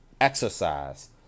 exercise